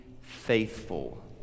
faithful